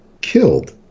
killed